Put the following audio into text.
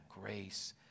grace